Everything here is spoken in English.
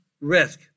risk